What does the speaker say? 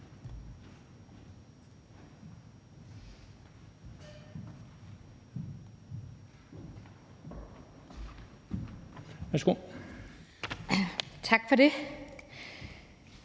Tak for det.